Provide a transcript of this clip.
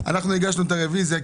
הגשנו את הרביזיה.